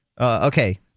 Okay